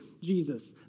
Jesus